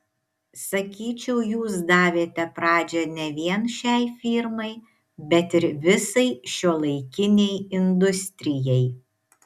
sakyčiau jūs davėte pradžią ne vien šiai firmai bet ir visai šiuolaikinei industrijai